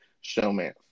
showman